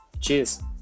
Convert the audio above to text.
Cheers